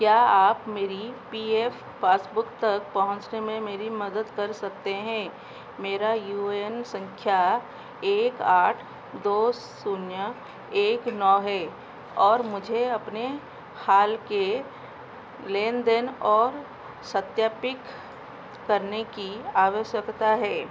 क्या आप मेरी पी एफ़ पासबुक तक पहुँचने में मेरी मदद कर सकते हैं मेरा यू एन संख्या एक आठ दो शून्य एक नौ है और मुझे अपने हाल के लेन देन और सत्यापिक करने की आवश्यकता है